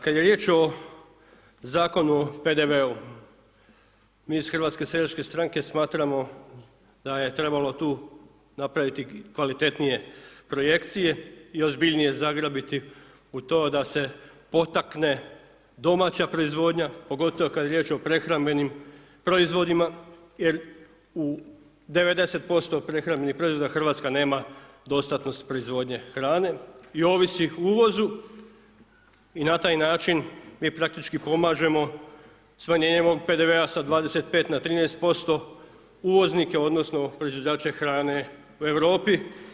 Kada je riječ o Zakonu o PDV-u, mi iz HSS-a smatramo da je trebalo tu napraviti kvalitetnije projekcije i ozbiljnije zagrabiti u to da se potakne domaća proizvodnja pogotovo kada je riječ o prehrambenim proizvodima jer u 90% prehrambenih proizvoda Hrvatska nema dostatnost proizvodnje hrane i ovisi o uvozu i na taj način mi praktički pomažemo smanjenjem ovog PDV-a sa 25 na 13%, uvoznike, odnosno proizvođače hrane u Europi.